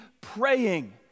praying